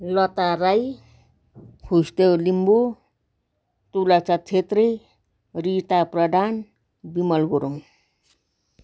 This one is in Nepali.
लता राई खुसदेव लिम्बू तुलासा छेत्री रिता प्रधान बिमल गुरुङ